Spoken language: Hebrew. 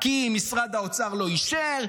כי משרד האוצר לא אישר,